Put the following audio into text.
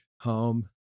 home